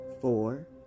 four